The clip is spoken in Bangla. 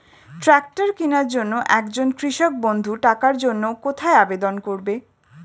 ট্রাকটার কিনার জন্য একজন কৃষক বন্ধু টাকার জন্য কোথায় আবেদন করবে?